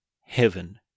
heaven